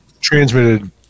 transmitted